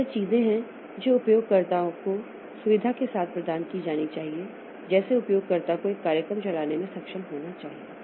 तो ये चीजें हैं जो उपयोगकर्ता को सुविधा के साथ प्रदान की जानी चाहिए जैसे उपयोगकर्ता को एक कार्यक्रम चलाने में सक्षम होना चाहिए